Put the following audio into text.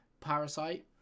parasite